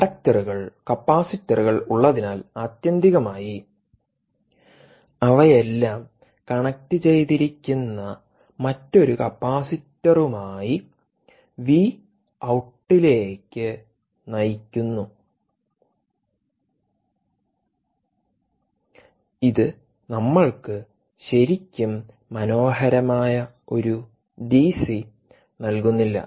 ഇൻഡക്റ്ററുകൾ കപ്പാസിറ്ററുകൾ inductorscapacitorsഉള്ളതിനാൽ ആത്യന്തികമായി അവയെല്ലാം കണക്റ്റുചെയ്തിരിക്കുന്ന മറ്റൊരു കപ്പാസിറ്ററുമായി വി ഔട്ടിലേക്ക് നയിക്കുന്നു ഇത് നമ്മൾക്ക് ശരിക്കും മനോഹരമായ ഒരു ഡിസി നൽകുന്നില്ല